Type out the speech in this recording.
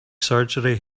surgery